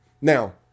Now